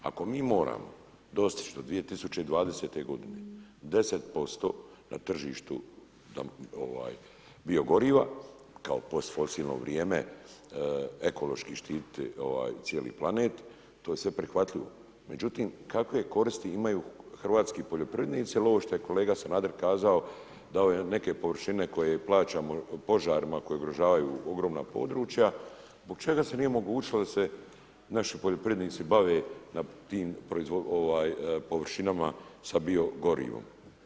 Ako mi moramo dostić do 2020. godine 10% na tržištu biogoriva kao posfosilno vrijeme, ekološki štitit cijeli planet, to je sve prihvatljivo, međutim kakve koristi imaju hrvatski poljoprivrednici ili ovo što je kolega Sanader kazao, dao je neke površine koje plaćamo požarima koji ugrožavaju ogromna područja, zbog čega se nije omogućilo da se naši poljoprivrednici bave na tim površinama sa biogorivom?